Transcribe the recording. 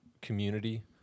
community